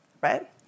right